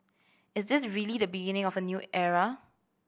is this really the beginning of a new era